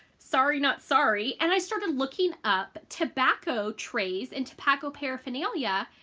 sorry not sorry. and i started looking up tobacco trays in tobacco paraphernalia,